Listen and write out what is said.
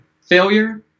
failure